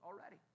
already